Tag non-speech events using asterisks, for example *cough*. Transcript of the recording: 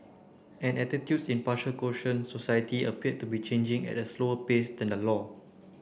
and attitudes in *unintelligible* Croatian society appear to be changing at a slower pace than the law